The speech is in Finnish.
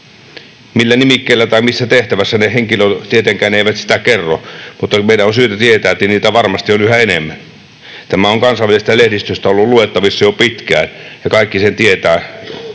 millä nimikkeillä tai missä tehtävissä, sitä ne henkilöt tietenkään eivät kerro. Mutta meidän on syytä tietää, että niitä varmasti on yhä enemmän. Tämä on kansainvälisestä lehdistöstä ollut luettavissa jo pitkään, ja kaikki sen tietävät.